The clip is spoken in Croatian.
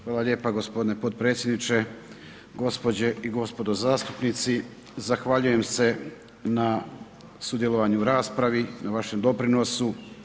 Hvala lijepa g. potpredsjedniče, gospođe i gospodo zastupnici, zahvaljujem se na sudjelovanju u raspravi, na vašem doprinosu.